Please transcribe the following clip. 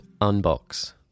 Unbox